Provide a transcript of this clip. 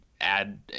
add